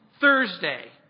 Thursday